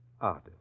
Arden